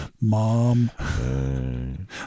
Mom